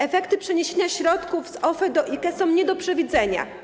Efekty przeniesienia środków z OFE do IKE są nie do przewidzenia.